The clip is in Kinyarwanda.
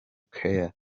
care